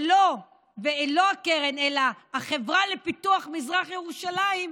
לא הקרן אלא החברה לפיתוח מזרח ירושלים,